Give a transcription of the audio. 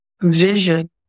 vision